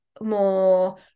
more